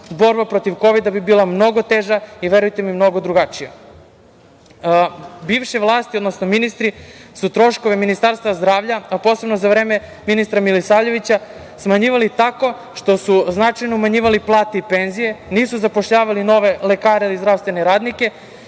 borba protiv kovida bi bila mnogo teža i verujte mi mnogo drugačija. Bivše vlasti, odnosno ministri su troškove Ministarstva zdravlja, a posebno za vreme ministra Milosavljevića smanjivali tako što su značajno umanjivali plate i penzije, nisu zapošljavali nove lekare i zdravstvene radnike